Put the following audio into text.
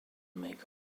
make